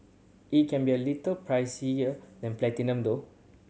it can be a little pricier than Platinum though